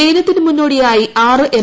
ലയനത്തിന് മുന്നോടിയായി ആറ് എം